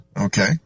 Okay